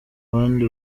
bandi